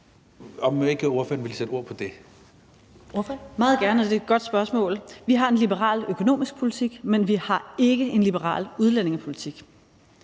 14:54 Pernille Vermund (NB): Meget gerne. Og det er et godt spørgsmål. Vi har en liberal økonomisk politik, men vi har ikke en liberal udlændingepolitik.